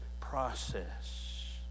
process